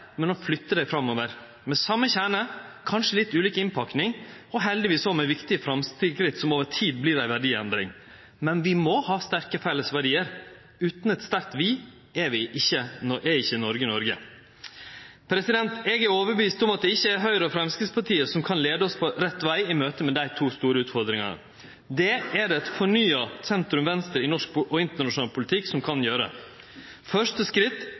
men å flytte dei framover – med same kjerne, kanskje litt ulik innpakning, og heldigvis òg med viktige framsteg som over tid vert ei verdiendring. Men vi må ha sterke fellesverdiar. Utan eit sterkt vi, er ikkje Noreg Noreg. Eg er overtydd om at det ikkje er Høgre og Framstegspartiet som kan leie oss på rett veg i møte med dei to store utfordringane. Det er det eit fornya sentrum–venstre i norsk og internasjonal politikk som kan gjere. Første skritt er ei ny regjering og ein ny politikk til